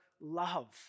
love